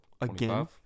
again